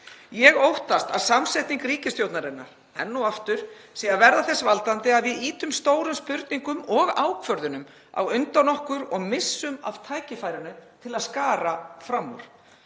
Ég óttast að samsetning ríkisstjórnarinnar sé enn og aftur að verða þess valdandi að við ýtum stórum spurningum og ákvörðunum á undan okkur og missum af tækifærinu til að skara fram úr.